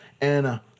Anna